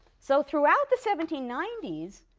so throughout the seventeen ninety s,